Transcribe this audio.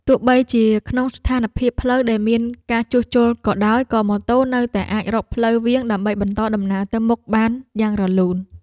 ទោះបីជាក្នុងស្ថានភាពផ្លូវដែលមានការជួសជុលក៏ដោយក៏ម៉ូតូនៅតែអាចរកផ្លូវវាងដើម្បីបន្តដំណើរទៅមុខបានយ៉ាងរលូន។